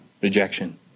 rejection